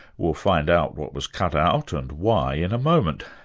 we'll find out what was cut out, and why, in a moment.